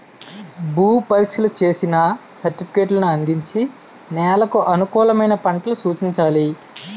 భూ పరీక్షలు చేసిన సర్టిఫికేట్లను అందించి నెలకు అనుకూలమైన పంటలు సూచించాలి